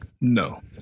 No